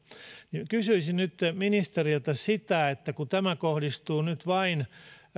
kysyisin nyt ministeriltä tämä kohdistuu nyt vain